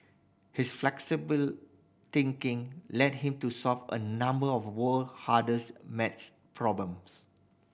his flexible thinking led him to solve a number of world hardest math problems